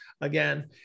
again